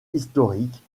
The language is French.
historiques